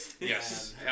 Yes